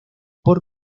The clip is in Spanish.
por